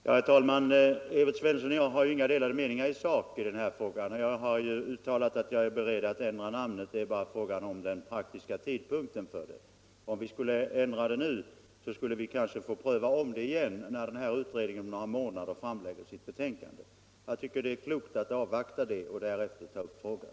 Herr talman! Evert Svensson och jag har ju inga delade meningar i sak. Jag har uttalat att jag är beredd att ändra namnet — det är bara fråga om den praktiska tidpunkten för det. Om vi ändrade namnet nu skulle vi kanske få ompröva detta igen när utredningen om några månader framlägger sitt betänkande. Jag tycker det är klokt att avvakta utredningsbetänkandet och därefter ta upp frågan.